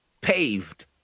paved